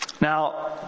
Now